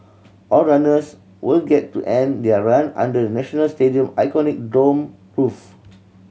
all runners will get to end their run under the National Stadium iconic domed roof